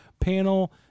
panel